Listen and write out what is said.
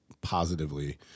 positively